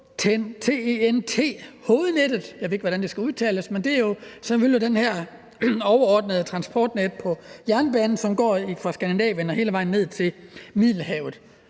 selvfølgelig det her overordnede transportnet på jernbanen, som går fra Skandinavien og hele vejen ned til Middelhavet.